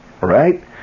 right